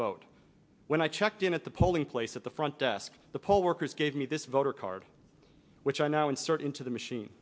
vote when i checked in at the polling place at the front desk the poll workers gave me this voter card which i now insert into the machine